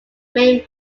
main